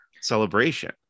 Celebration